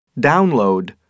Download